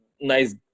nice